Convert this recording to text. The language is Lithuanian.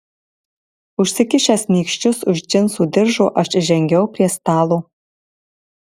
užsikišęs nykščius už džinsų diržo aš žengiau prie stalo